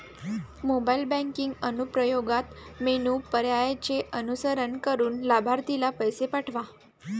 mobile banking अनुप्रयोगात menu पर्यायांचे अनुसरण करून लाभार्थीला पैसे पाठवा